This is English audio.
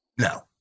No